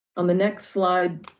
on the next slide,